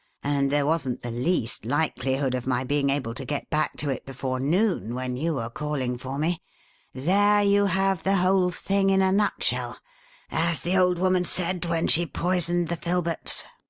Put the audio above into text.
and there wasn't the least likelihood of my being able to get back to it before noon, when you were calling for me there you have the whole thing in a nutshell as the old woman said when she poisoned the filberts.